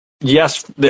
yes